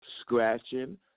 scratching